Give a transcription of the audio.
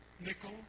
nickel